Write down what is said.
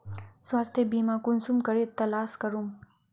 स्वास्थ्य बीमा कुंसम करे तलाश करूम?